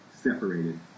separated